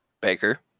Baker